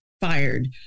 fired